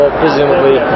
presumably